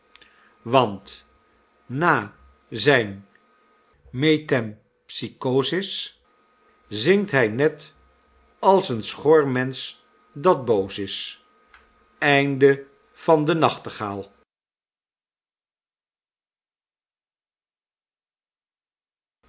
want na zijn metempsycosis zingt hy net als een schor mensch dat boos is de